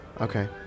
Okay